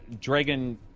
Dragon